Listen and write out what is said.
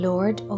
Lord